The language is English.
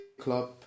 club